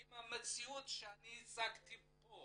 אם המציאות שהצגתי כאן